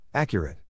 Accurate